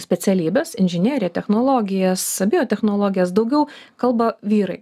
specialybes inžineriją technologijas biotechnologijas daugiau kalba vyrai